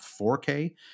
4k